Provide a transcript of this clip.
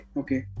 okay